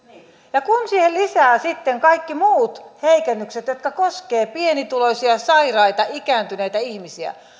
ja kun siihen lisää sitten kaikki muut heikennykset jotka koskevat pienituloisia sairaita ikääntyneitä ihmisiä